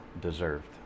deserved